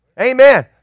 Amen